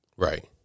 Right